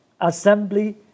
assembly